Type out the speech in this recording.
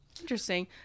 Interesting